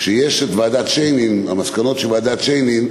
כשיש המסקנות של ועדת שיינין,